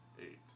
Eight